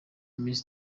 miss